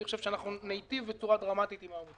אנחנו ניטיב בצורה דרמטית עם העמותות.